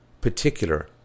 particular